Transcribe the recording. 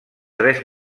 tres